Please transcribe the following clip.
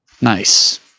Nice